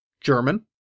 German